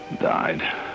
Died